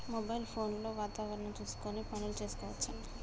Mobile phone లో వాతావరణం చూసుకొని పనులు చేసుకోవచ్చా?